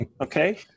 Okay